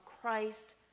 Christ